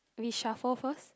we shuffle first